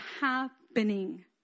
happening